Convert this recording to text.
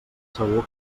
segur